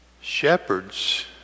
Shepherds